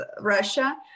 Russia